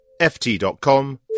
ft.com